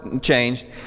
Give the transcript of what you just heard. changed